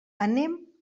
anem